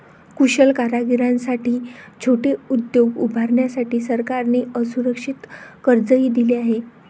कुशल कारागिरांसाठी छोटे उद्योग उभारण्यासाठी सरकारने असुरक्षित कर्जही दिले आहे